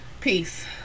Peace